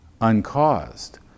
uncaused